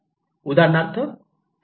उदाहरणार्थ फ्लड किंवा वोलकॅनो